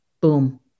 boom